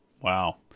Wow